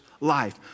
life